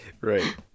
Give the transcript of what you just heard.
Right